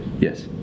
Yes